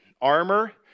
armor